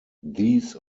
these